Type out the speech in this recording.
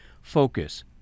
focus